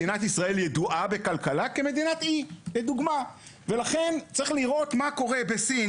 מדינת ישראל ידועה בכלכלה כמדינת אי ולכן צריך לראות מה קורה בסין,